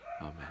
Amen